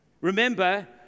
remember